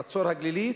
חצור-הגלילית,